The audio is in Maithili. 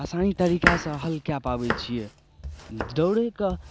आसानी तरीका सऽ हल कए पाबै छियै दौड़यके